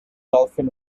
dolphin